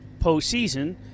postseason